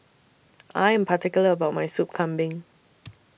I Am particular about My Sup Kambing